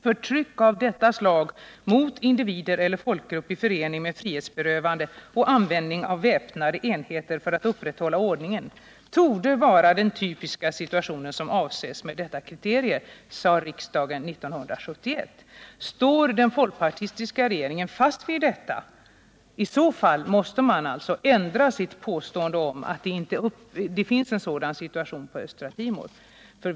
”Förtryck av detta slag mot individer eller folkgrupp i förening med frihetsberövande och användning av väpnade enheter för att upprätthålla ordning torde vara den typiska situation som avses med detta kriterium”, sade riksdagen 1971. Står den folkpartistiska regeringen fast vid detta? I så fall måste den ändra sitt påstående om att det inte råder en sådan situation på Östra Timor.